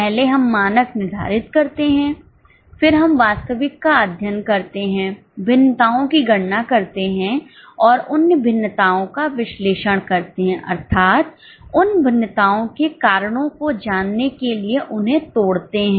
पहले हम मानक निर्धारित करते हैं फिर हम वास्तविक का अध्ययन करते हैं भिन्नताओं की गणना करते हैं और उन भिन्नताओं का विश्लेषण करते हैं अर्थात उन भिन्नताओं के कारणों को जानने के लिए उन्हें तोड़ते हैं हैं